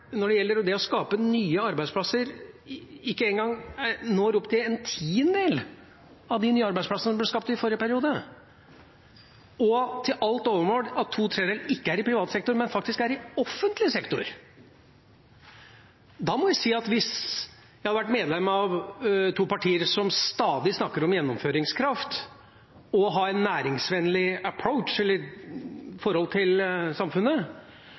når det gjelder å skape nye arbeidsplasser, ikke engang når opp til en tiendedel av de arbeidsplassene som ble skapt i forrige periode, og at to tredjedeler til alt overmål ikke er i privat sektor, men i offentlig sektor. Hvis jeg hadde vært medlem av et av de to partiene som stadig snakker om gjennomføringskraft og har en næringsvennlig «approach» eller forhold til samfunnet,